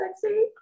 sexy